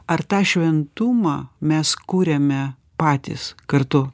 ar tą šventumą mes kuriame patys kartu